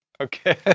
Okay